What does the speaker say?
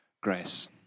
grace